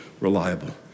reliable